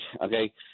okay